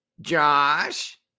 Josh